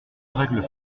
règle